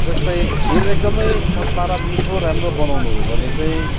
जस्तै खिर एकदमै पत्ला र मिठो राम्रो बनाउनु हो भने चाहिँ